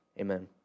Amen